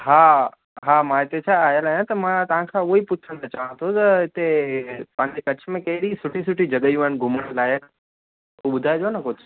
हा हा मां हिते छा आहियलु आहियां त मां तव्हांखां उहा ई पुछणु चाहियां थो त हिते पंहिंजे कच्छ में कहिड़ी सुठी सुठी जॻहियूं आहिनि घुमणु लाइक़ु उहा ॿुधाइजो न कुझु